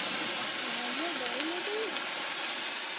यहाँ आइए दवाई ले जाइए